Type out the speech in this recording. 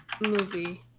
movie